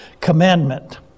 commandment